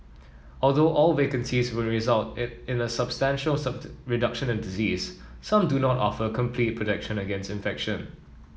although all vaccines may result in in a substantial reduction in disease some do not offer complete protection against infection